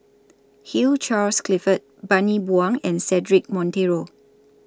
Hugh Charles Clifford Bani Buang and Cedric Monteiro